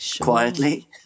quietly